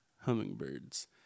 hummingbirds